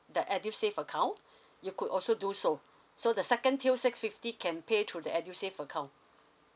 the edu save account you could also do so so the second tier six fifty can pay through the edu save account